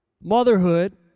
Motherhood